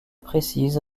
précise